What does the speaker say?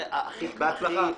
בהצלחה.